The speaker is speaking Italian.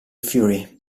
furie